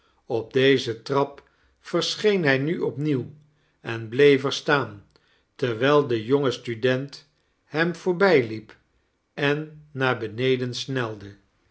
op deze trap rerscheen hij nu opnieuw en bleef erstaan terwijl de jonge student hem roorbijliep en naar beneden snelde